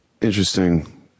Interesting